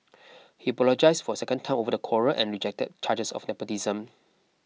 he apologised for a second time over the quarrel and rejected charges of nepotism